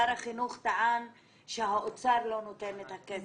שר החינוך טען שהאוצר לא נותן את הכסף.